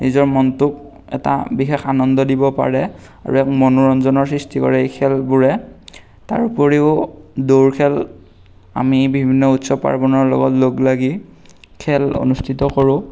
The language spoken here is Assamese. নিজৰ মনটোক এটা বিশেষ আনন্দ দিব পাৰে আৰু মনোৰঞ্জনৰ সৃষ্টি কৰে এই খেলবোৰে তাৰ উপৰিও দৌৰ খেল আমি বিভিন্ন উৎসৱ পাৰ্বণৰ লগত লগ লাগি খেল অনুষ্ঠিত কৰোঁ